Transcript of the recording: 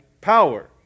power